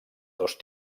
dos